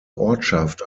ortschaft